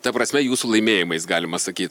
ta prasme jūsų laimėjimais galima sakyt